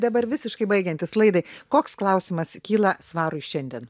dabar visiškai baigiantis laidai koks klausimas kyla svarui šiandien